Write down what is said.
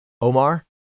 Omar